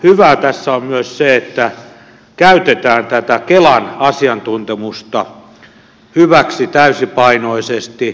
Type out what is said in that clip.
hyvää tässä on myös se että käytetään tätä kelan asiantuntemusta hyväksi täysipainoisesti